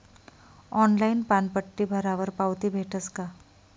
Online पानपट्टी भरावर पावती भेटस का?